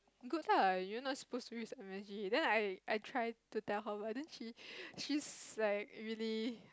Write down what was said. good lah you are not supposed to use M_S_G then I I try to tell her but then she she's like really